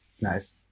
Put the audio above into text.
nice